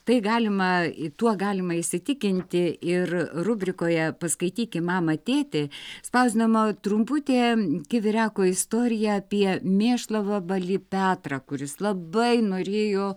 tai galima tuo galima įsitikinti ir rubrikoje paskaityki mama tėti spausdinama trumputė kivireko istorija apie mėšlavabalį petrą kuris labai norėjo